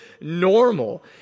normal